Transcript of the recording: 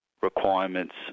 requirements